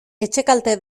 etxekalte